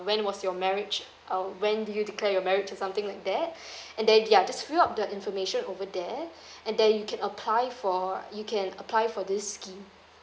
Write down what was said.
when was your marriage uh when did you declare your marriage or something like that and then ya just fill up the information over there and then you can apply for you can apply for this scheme